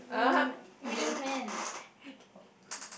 (uh huh) man